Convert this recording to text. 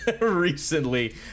recently